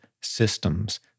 systems